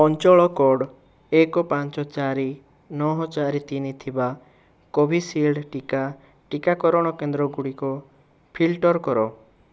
ଅଞ୍ଚଳ କୋଡ଼୍ ଏକ ପାଞ୍ଚ ଚାରି ନଅ ଚାରି ତିନି ଥିବା କୋଭିଶିଲ୍ଡ୍ ଟିକା ଟିକାକରଣ କେନ୍ଦ୍ର ଗୁଡ଼ିକ ଫିଲ୍ଟର୍ କର